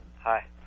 Hi